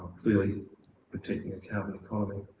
clearly particular cabin economy